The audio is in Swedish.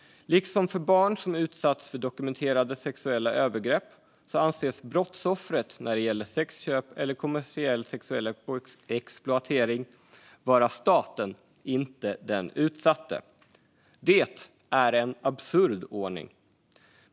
Liksom när det gäller barn som utsatts för dokumenterade sexuella övergrepp anses brottsoffret när det gäller sexköp eller kommersiell sexuell exploatering vara staten, inte den utsatte. Detta är en absurd ordning.